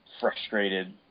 frustrated